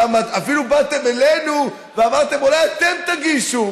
אפילו באתם אלינו ואמרתם: אולי אתם תגישו,